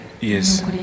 Yes